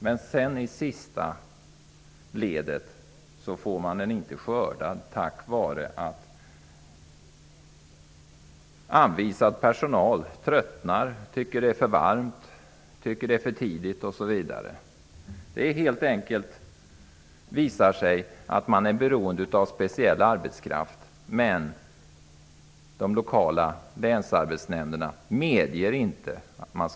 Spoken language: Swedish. Men sedan, i sista ledet, får man den inte skördad tack vare att anvisad personal tröttnar. De tycker att det är för varmt och att de får börja arbeta för tidigt osv. Man är helt enkelt beroende av speciell arbetskraft, men de lokala länsarbetsnämnderna medger inte sådan.